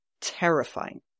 terrifying